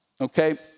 Okay